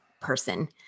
person